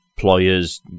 Employers